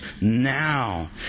now